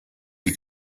you